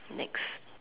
next